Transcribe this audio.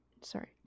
Sorry